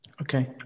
Okay